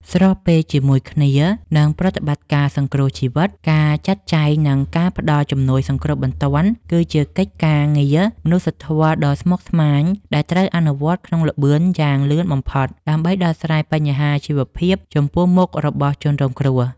ស្របពេលជាមួយគ្នានឹងប្រតិបត្តិការសង្គ្រោះជីវិត ការចាត់ចែង និងការផ្តល់ជំនួយសង្គ្រោះបន្ទាន់ គឺជាកិច្ចការងារមនុស្សធម៌ដ៏ស្មុគស្មាញដែលត្រូវអនុវត្តក្នុងល្បឿនយ៉ាងលឿនបំផុត ដើម្បីដោះស្រាយបញ្ហាជីវភាពចំពោះមុខរបស់ជនរងគ្រោះ។